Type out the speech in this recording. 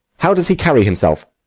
how does he carry himself?